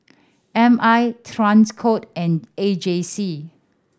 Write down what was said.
M I Transcom and A J C